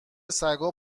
سگا